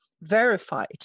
verified